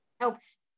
helps